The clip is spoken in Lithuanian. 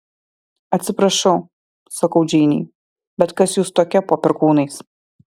atsiprašau sakau džeinei bet kas jūs tokia po perkūnais